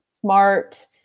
smart